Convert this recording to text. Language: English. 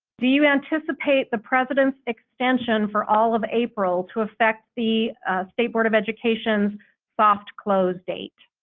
do you anticipate the president's extension for all of april to affect the state board of education soft-close date?